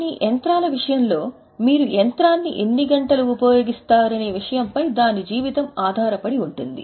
కొన్ని యంత్రాల విషయంలో మీరు యంత్రాన్ని ఎన్ని గంటలు ఉపయోగిస్తారనే దానిపై దాని జీవితం ఆధారపడి ఉంటుంది